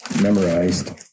memorized